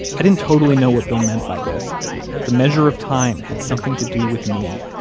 i didn't totally know what bill meant by this the measure of time had something to do with me.